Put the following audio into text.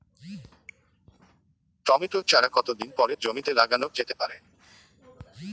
Tomato চারা কতো দিন পরে জমিতে লাগানো যেতে পারে?